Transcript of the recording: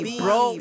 bro